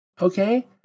Okay